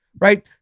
right